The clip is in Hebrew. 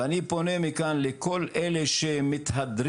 אני פונה לכאן לכל אלה שמתהדרים,